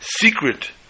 secret